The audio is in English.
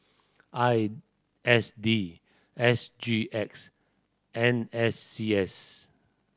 I S D S G X N S C S